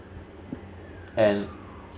and